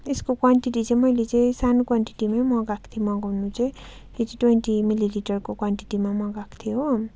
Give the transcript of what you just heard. यसको क्वान्टिटी चाहिँ मैले चाहिँ सानो क्वान्टिटीमा मगाएको थिएँ मगाउनु चाहिँ यो चाहिँ ट्वेन्टी मिलिलिटरको क्वान्टिटीमा मगाएको थिएँ हो